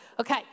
Okay